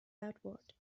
outward